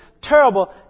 terrible